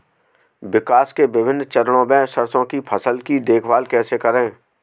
विकास के विभिन्न चरणों में सरसों की फसल की देखभाल कैसे करें?